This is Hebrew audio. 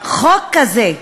חוק כזה,